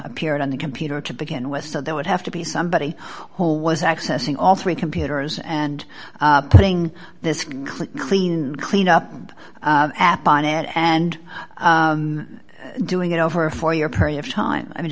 appeared on the computer to begin with so there would have to be somebody whole was accessing all three computers and putting this clear clean clean up app on it and doing it over a four year period of time i mean